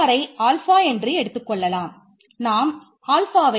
Xபாரை